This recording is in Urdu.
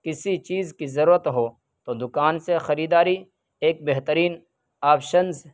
کسی چیز کی ضرورت ہو تو دکان سے خریداری ایک بہترین آپشنز